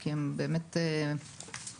כי הם באמת קריטיים,